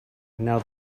now